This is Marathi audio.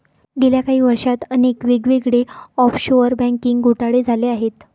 गेल्या काही वर्षांत अनेक वेगवेगळे ऑफशोअर बँकिंग घोटाळे झाले आहेत